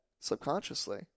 subconsciously